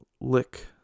lick